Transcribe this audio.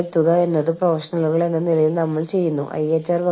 അതിനാൽ ഇത് അവർക്ക് കുഴപ്പമില്ലെന്ന് ഞാൻ ഊഹിക്കുന്നു